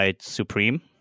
Supreme